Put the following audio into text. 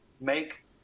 make